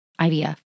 IVF